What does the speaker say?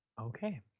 Okay